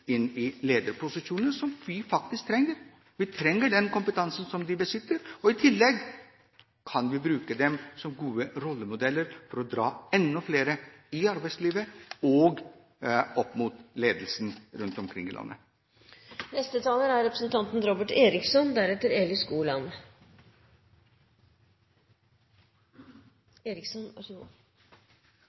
lederposisjoner, noe vi faktiske trenger. Vi trenger den kompetansen som de besitter. I tillegg kan vi bruke dem som gode rollemodeller for å dra enda flere inn i arbeidslivet og opp mot ledelsen rundt omkring i landet.